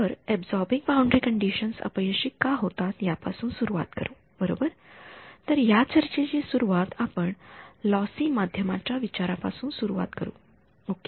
तर absorbing boundary conditions अपयशी का होतात या पासून सुरु करू बरोबर तर या चर्चेची सुरुवात आपण लॉसी माध्यमाच्या विचारा पासून सुरुवात करू ओके